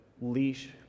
leash